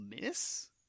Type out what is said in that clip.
miss